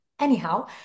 anyhow